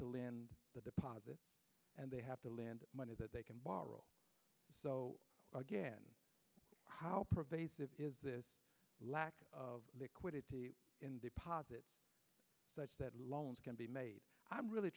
to land the deposit and they have to lend money that they can borrow so again how pervasive is this lack of liquidity in the posit such that loans can be made i'm really